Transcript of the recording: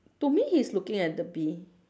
to me he's looking at the bee